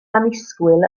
annisgwyl